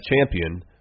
champion